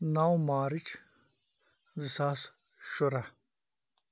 نَو مارٕچ زٕ ساس شُرہ